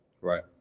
Right